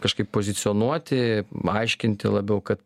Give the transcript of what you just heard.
kažkaip pozicionuoti aiškinti labiau kad